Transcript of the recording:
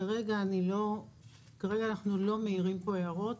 כרגע אנחנו לא מעירים פה הערות,